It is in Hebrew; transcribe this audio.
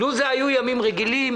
לו אלו היו ימים רגילים,